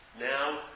now